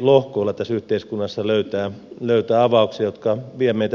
lohkoilla tässä yhteiskunnassa löytää tämmöisiä avauksia jotka vievät meitä eteenpäin